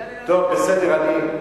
בסדר.